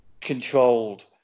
controlled